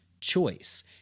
choice